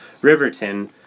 Riverton